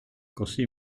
così